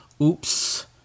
oops